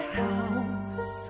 house